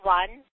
one